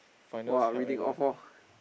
!wah! reading off lor